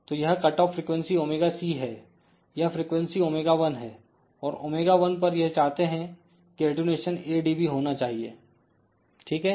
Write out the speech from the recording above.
तो यह cutoff frequency ωc है यह फ्रीक्वेंसी ω1है और ω1 पर यह चाहते हैं की अटेंन्यूशन A dB होना चाहिए ठीक है